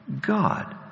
God